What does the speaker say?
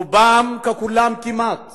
רובם ככולם כמעט